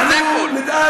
זה הכול.